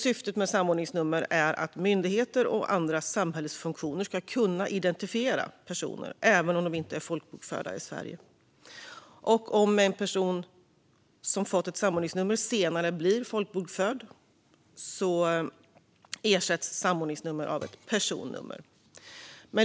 Syftet med samordningsnummer är att myndigheter och andra samhällsfunktioner ska kunna identifiera personer även om de inte är folkbokförda i Sverige. Om en person som fått ett samordningsnummer senare blir folkbokförd ersätts samordningsnumret av ett personnummer.